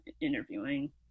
interviewing